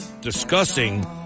discussing